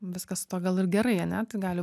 viskas su tuo gal ir gerai ane tai gali